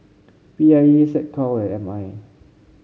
P I E SecCom and M I